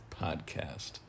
podcast